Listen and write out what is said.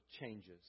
changes